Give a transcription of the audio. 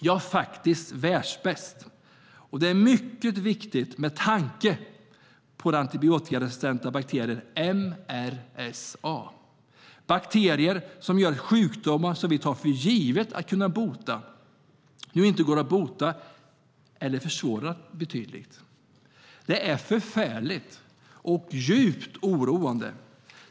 De är faktiskt världsbäst, och det är mycket viktigt med tanke på den antibiotikaresistenta bakterien MRSA.Det är bakterier som gör att sjukdomar som vi tar för givet att kunna bota nu inte går att bota eller som betydligt försvårar detta. Det är förfärligt och djupt oroande.